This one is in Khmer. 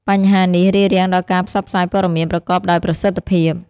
បញ្ហានេះរារាំងដល់ការផ្សព្វផ្សាយព័ត៌មានប្រកបដោយប្រសិទ្ធភាព។